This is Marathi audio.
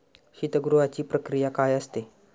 शीतगृहाची प्रक्रिया काय असते?